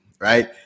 right